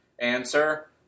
Answer